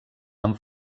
amb